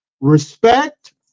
respect